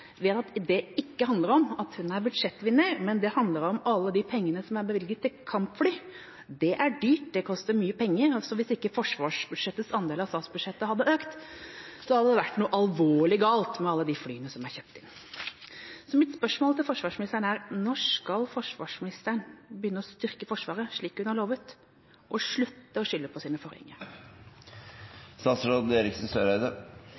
vet at det ikke handler om at hun er budsjettvinner, men at det handler om alle de pengene som er bevilget til kampfly. Det er dyrt, det koster mye penger. Hvis ikke forsvarsbudsjettets andel av statsbudsjettet hadde økt, hadde det vært noe alvorlig galt med alle de flyene som er kjøpt inn. Så mitt spørsmål til forsvarsministeren er: Når skal forsvarsministeren begynne å styrke Forsvaret, slik hun har lovet, og slutte å skylde på sine